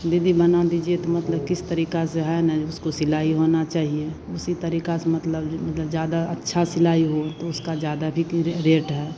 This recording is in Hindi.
दीदी बना दीजिए तो मतलब किस तरीक़े से है ना जो उसको सिलाई होना चहिए उसी तरीक़े से मतलब जो मतलब ज़्यादा अच्छा सिलाई हो तो उसका ज़्यादा भी की रे रेट है